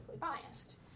biased